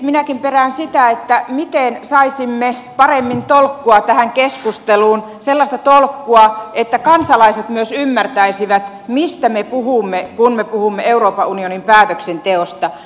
minäkin perään sitä miten saisimme paremmin tolkkua tähän keskusteluun sellaista tolkkua että kansalaiset myös ymmärtäisivät mistä me puhumme kun me puhumme euroopan unionin päätöksenteosta